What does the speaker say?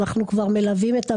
אנחנו מלווים את המפעל,